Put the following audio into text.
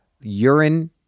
urine